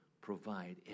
provide